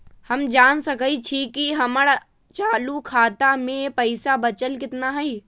हम जान सकई छी कि हमर चालू खाता में पइसा बचल कितना हई